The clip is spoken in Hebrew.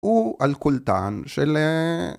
הוא אל-קולטן של